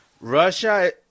Russia